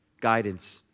guidance